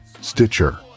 Stitcher